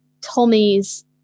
Tommy's